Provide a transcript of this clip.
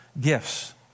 gifts